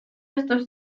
estos